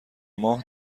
ماه